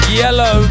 yellow